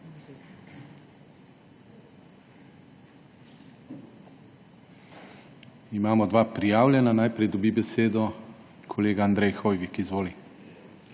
Imamo dva prijavljena. Najprej dobi besedo kolega Andrej Hoivik. Izvoli.